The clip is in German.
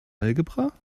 algebra